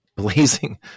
blazing